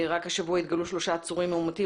רק השבוע התגלו שלושה עצורים מאומתים